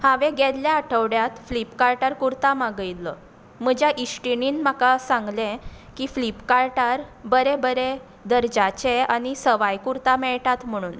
हांवे गेल्ल्या आठवड्यांत फ्लिपकार्टार कुर्ता मागयल्लो म्हज्या इश्टीनीन म्हाका सांगलें की फ्लिपकार्टार बरे बरे दर्ज्याचे आनी सवाय कुर्ता मेळटात म्हणून